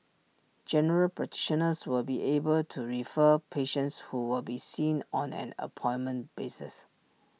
general practitioners will be able to refer patients who will be seen on an appointment basis